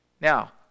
Now